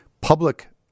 public